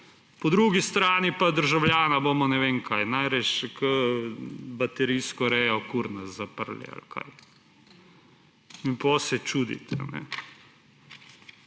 Po drugi strani pa državljana bomo, ne vem kaj, najrajši kot baterijsko rejo kur nas zaprli – ali kaj? In potem se čudite,